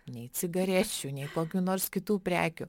nei cigarečių nei kokių nors kitų prekių